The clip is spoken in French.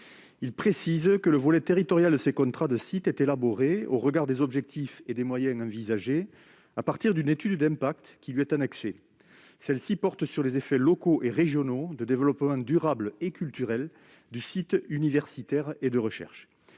de préciser que le volet territorial des contrats de site est élaboré au regard des objectifs et des moyens envisagés, à partir d'une étude d'impact qui lui est annexée ; celle-ci porte sur les effets locaux et régionaux de développement durable et culturel du site universitaire et de recherche.